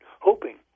hoping